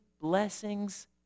blessings